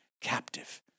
captive